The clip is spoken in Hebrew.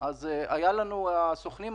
אם תלך לסוכן ביטוח ותבקש ביטוח נסיעות לחו"ל תקבל